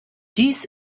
dies